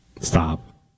Stop